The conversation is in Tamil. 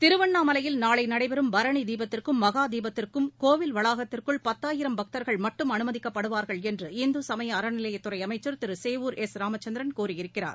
திருவண்ணாமலையில் நாளை நடைபெறும் பரணி தீபத்திற்கும் மகா தீபத்திற்கும் கோவில் வளாகத்திற்குள் பத்தாயிரம் பக்தர்கள் மட்டும் அனுமதிக்கப்படுவார்கள் என்று இந்து சமய அறநிலையத்துறை அமைச்சர் திரு சேவூர் எஸ் ராமச்சந்திரன் கூறியிருக்கிறார்